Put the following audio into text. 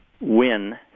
win